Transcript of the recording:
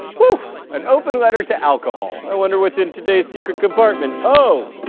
whew! an open letter to alcohol. i wonder what's in today's secret compartment. oh,